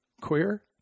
queer